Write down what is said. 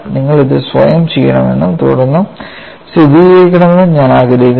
നിങ്ങൾ ഇത് സ്വയം ചെയ്യണമെന്നും തുടർന്ന് സ്ഥിരീകരിക്കണമെന്നും ഞാൻ ആഗ്രഹിക്കുന്നു